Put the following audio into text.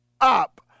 up